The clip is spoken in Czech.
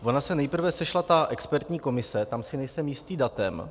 Ona se nejprve sešla ta expertní komise, tam si nejsem jistý datem.